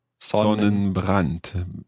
Sonnenbrand